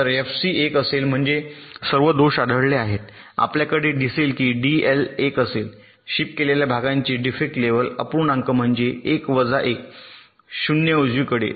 तर जर एफसी 1 असेल म्हणजेच सर्व दोष आढळले आहेत आपल्याला दिसेल की डीएल 1 असेल शिप केलेल्या भागांचे डिफेक्ट लेव्हल अपूर्णांक म्हणजे 1 वजा 1 0 उजवीकडे